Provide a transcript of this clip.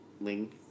link